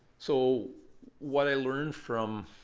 so what i learned from,